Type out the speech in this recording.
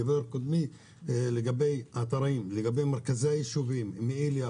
קודמי דיבר על אתרים ומרכזי היישובים: מעיליא,